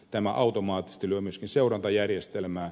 tämä automaattisesti lyö myöskin seurantajärjestelmää